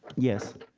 yes.